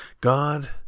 God